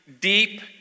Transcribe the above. deep